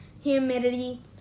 humidity